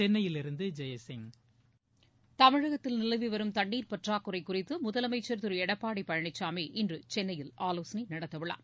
சென்னையிலிருந்து ஜெய்சில் தமிழகத்தில் நிலவி வரும் தண்ணீர் பற்றாக்குறை குறித்து முதலமைச்சர் திரு எடப்பாடி பழனிசாமி இன்று சென்னையில் ஆலோசனை நடத்த உள்ளார்